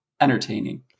entertaining